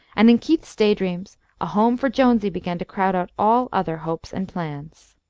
and in keith's day-dreams a home for jonesy began to crowd out all other hopes and plans.